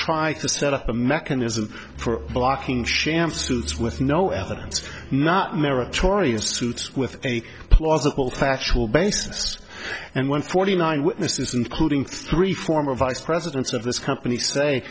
try to set up a mechanism for blocking sham suits with no evidence not meritorious suit with a plausible factual basis and when forty nine witnesses including three former vice presidents of this company say